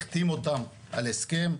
החתים אותם על הסכם,